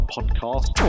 Podcast